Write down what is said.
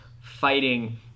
fighting